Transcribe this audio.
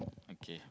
okay